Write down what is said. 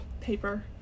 paper